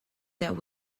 that